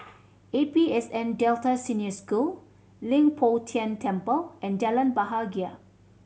A P S N Delta Senior School Leng Poh Tian Temple and Jalan Bahagia